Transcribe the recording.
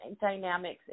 dynamics